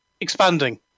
expanding